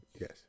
Yes